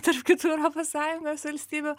tarp kitų europos sąjungos valstybių